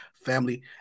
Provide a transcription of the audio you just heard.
family